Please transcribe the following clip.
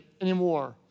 anymore